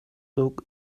dog